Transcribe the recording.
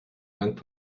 bank